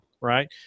right